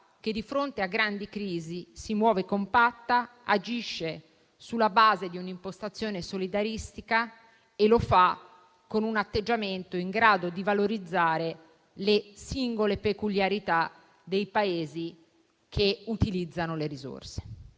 che, di fronte a grandi crisi, si muove compatta, agisce sulla base di un'impostazione solidaristica e lo fa con un atteggiamento in grado di valorizzare le singole peculiarità dei Paesi che utilizzano le risorse.